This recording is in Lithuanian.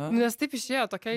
nes taip išėjo tokia